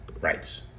rights